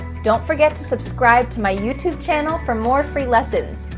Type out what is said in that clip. don't forget to subscribe to my youtube channel for more free lessons.